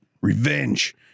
revenge